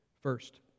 first